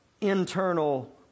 internal